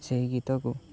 ସେହି ଗୀତକୁ